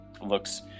looks